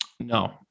No